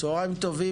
צוהריים טובים.